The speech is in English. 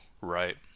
Right